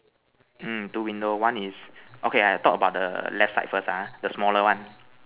mm two window one is okay I talk about the left side first ah the smaller one